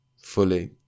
fully